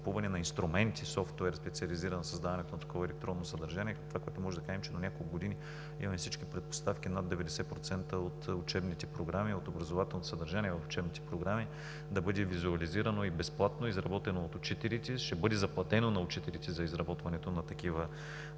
на инструменти, специализиран софтуер за създаването на такова електронно съдържание. Това, което може да кажем, че до няколко години имаме всички предпоставки над 90% от учебните програми, от образователното съдържание в учебните програми да бъде визуализирано и безплатно, изработено от учителите. Ще бъде заплатено на учителите за изработването на такива